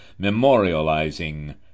memorializing